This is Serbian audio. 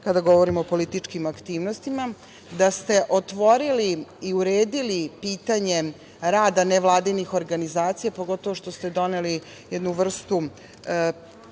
kada govorimo o političkim aktivnostima, da ste otvorili i uredili pitanje rada nevladinih organizacija, pogotovo što ste doneli jednu vrstu